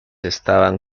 estaban